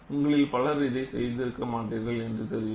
உங்களில் பலர் இதைச் செய்திருக்க மாட்டீர்கள் என்று தெரியும்